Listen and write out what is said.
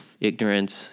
ignorance